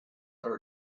are